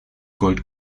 gold